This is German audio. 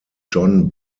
john